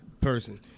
person